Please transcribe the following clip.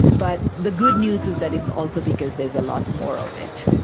but the good news is that it's also because there's a lot more of it.